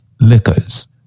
liquors